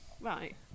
right